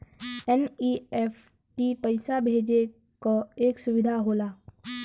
NEFT पइसा भेजे क एक सुविधा होला